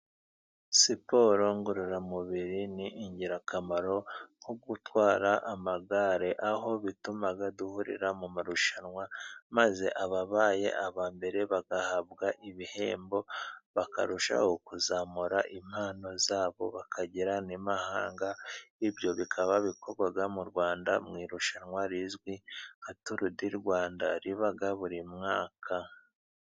Siporo ngororamubiri ni ingirakamaro, nko gutwara amagare aho bituma duhurira mu marushanwa maze ababaye aba mbere bagahabwa ibihembo bakarushaho kuzamura impano zabo, bakagera n' i mahanga ,ibyo bikaba bikorwa mu Rwanda ,mu irushanwa rizwi nka turu di Rwanda riba buri mwaka.